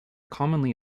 commonly